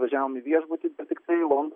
važiavom į viešbutį bet tiktai į lon